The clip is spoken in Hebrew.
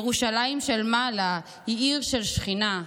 ירושלים של מעלה היא עיר של שכינה,